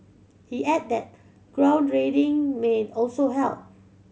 he add that may also help